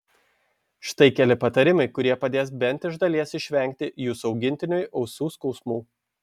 štai keli patarimai kurie padės bent iš dalies išvengti jūsų augintiniui ausų skausmų